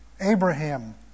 Abraham